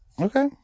Okay